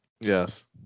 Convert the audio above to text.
Yes